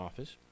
office